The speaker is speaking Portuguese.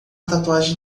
tatuagem